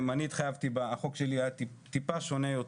הצעת החוק שלי הייתה קצת שונה,